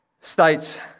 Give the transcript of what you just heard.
states